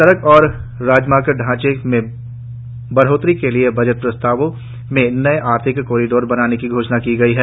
सड़क और राजमार्ग ढ़ांचे में बढ़ोतरी के लिए बजट प्रस्तावों में नये आर्थिक कॉरीडोर बनाने की घोषणा की गई है